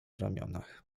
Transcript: ramionach